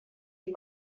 est